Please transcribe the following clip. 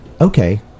okay